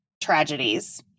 tragedies